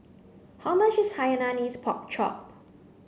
How much is hainanese pork chop